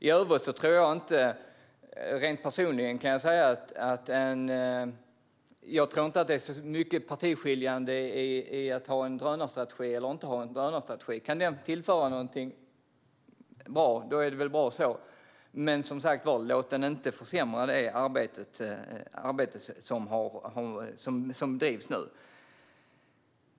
I övrigt tror jag personligen inte att detta att ha eller inte ha en drönarstrategi är så partiskiljande. Kan den tillföra något bra är det väl bra så. Men, som sagt var, låt den inte försämra det arbete som nu bedrivs.